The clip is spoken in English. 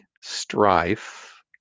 strife